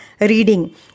reading